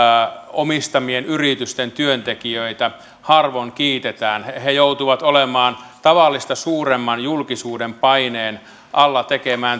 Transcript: omistamien yritysten työntekijöitä harvoin kiitetään he joutuvat olemaan tekemään töitä tavallista suuremman julkisuuden paineen alla